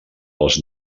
als